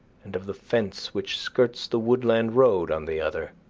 and of the fence which skirts the woodland road on the other.